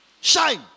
Shine